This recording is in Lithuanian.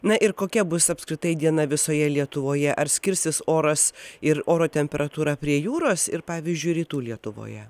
na ir kokia bus apskritai diena visoje lietuvoje ar skirsis oras ir oro temperatūra prie jūros ir pavyzdžiui rytų lietuvoje